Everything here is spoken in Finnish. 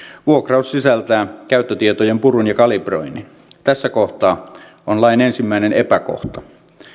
vuokraus sisältää käyttötietojen purun ja kalibroinnin tässä kohtaa on lain ensimmäinen epäkohta